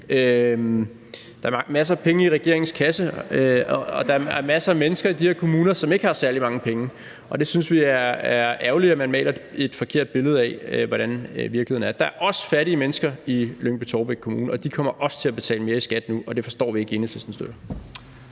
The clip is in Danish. Der er jo masser af penge i regeringens kasse, og der er masser af mennesker i de her kommuner, som ikke har særlig mange penge, og vi synes, det er ærgerligt, at man maler et forkert billede af hvordan virkeligheden er. Der er også fattige mennesker i Lyngby-Taarbæk Kommune, og de kommer også til at betale mere i skat, og det forstår vi ikke at Enhedslisten støtter.